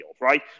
right